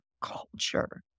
culture